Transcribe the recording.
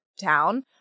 town